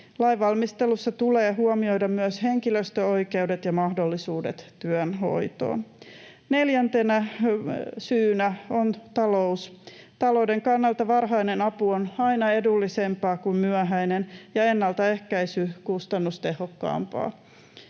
Lainvalmistelussa tulee huomioida myös henkilöstön oikeudet ja mahdollisuudet työn hoitoon. Neljäntenä syynä on talous. Talouden kannalta varhainen apu on aina edullisempaa kuin myöhäinen ja ennaltaehkäisy kustannustehokkaampaa.